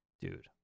Dude